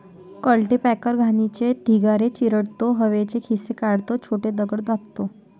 cultipacker घाणीचे ढिगारे चिरडतो, हवेचे खिसे काढतो, छोटे दगड दाबतो